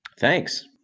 Thanks